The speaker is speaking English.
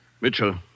Mitchell